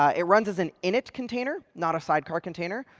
ah it runs as an init container, not a sidecar container.